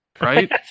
right